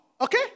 Okay